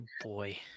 boy